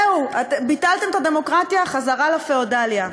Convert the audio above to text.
זהו, ביטלתם את הדמוקרטיה, חזרה לפיאודליה.